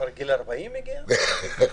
אפילו.